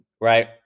right